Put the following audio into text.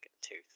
tooth